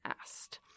asked